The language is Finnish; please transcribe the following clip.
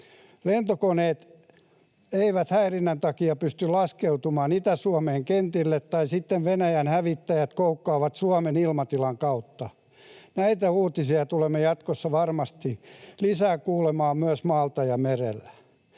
Lentokoneet eivät häirinnän takia pysty laskeutumaan Itä-Suomen kentille, tai sitten Venäjän hävittäjät koukkaavat Suomen ilmatilan kautta. Näitä uutisia tulemme jatkossa varmasti kuulemaan lisää myös maalta ja mereltä.